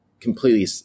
completely